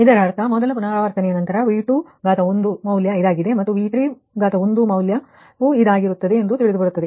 ಇದರರ್ಥ ಮೊದಲ ಪುನರಾವರ್ತನೆಯ ನಂತರ V21 ಮೌಲ್ಯ ಇದಾಗಿದೆ ಮತ್ತು V31 ಮೌಲ್ಯ ಇದಾಗಿದೆ ಎಂದು ತಿಳಿದುಬರುತ್ತದೆ